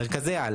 מרכזי-על,